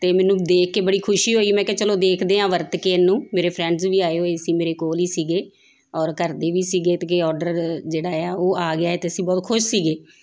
ਅਤੇ ਮੈਨੂੰ ਦੇਖ ਕੇ ਬੜੀ ਖੁਸ਼ੀ ਹੋਈ ਮੈਂ ਕਿਹਾ ਚਲੋ ਦੇਖਦੇ ਹਾਂ ਵਰਤ ਕੇ ਇਹਨੂੰ ਮੇਰੇ ਫਰੈਂਡਸ ਵੀ ਆਏ ਹੋਏ ਸੀ ਮੇਰੇ ਕੋਲ ਹੀ ਸੀਗੇ ਔਰ ਘਰ ਦੇ ਵੀ ਸੀਗੇ ਅਤੇ ਕਿ ਔਡਰ ਜਿਹੜਾ ਆ ਉਹ ਆ ਗਿਆ ਅਤੇ ਅਸੀਂ ਬਹੁਤ ਖੁਸ਼ ਸੀਗੇ